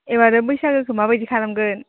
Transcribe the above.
एबारो बैसागुखौ माबादि खालामगोन